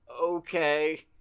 okay